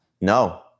No